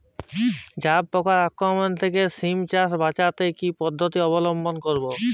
জাব পোকার আক্রমণ থেকে সিম চাষ বাচাতে কি পদ্ধতি অবলম্বন করব?